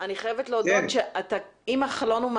אני מתארת לעצמי שהסוגיה הזאת לא חדשה לך